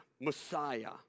Messiah